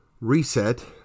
reset